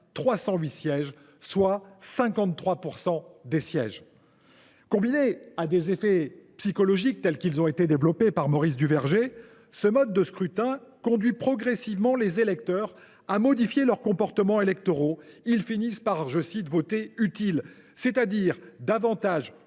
308 sièges, soit 53 % des sièges. Combiné à ses effets « psychologiques », théorisés par Maurice Duverger, ce mode de scrutin conduit progressivement les électeurs à modifier leurs comportements électoraux : ils finissent par voter « utile », c’est à dire davantage